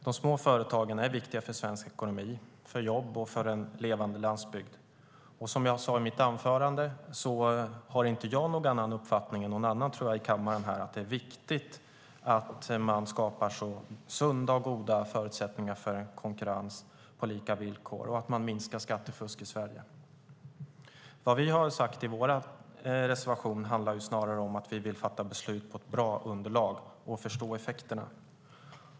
De små företagen är viktiga för svensk ekonomi, för jobb och för en levande landsbygd. Som jag sade i mitt anförande har jag ingen annan uppfattning än ni andra i kammaren, nämligen att det är viktigt att vi skapar sunda och goda förutsättningar på lika villkor och att vi minskar skattefusket i Sverige. Vår reservation handlar snarare om att vi vill fatta beslut på ett bra underlag och förstå effekterna.